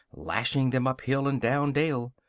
lashing them up hill and down dale.